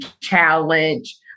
challenge